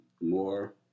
more